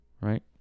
right